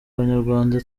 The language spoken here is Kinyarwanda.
abanyarwanda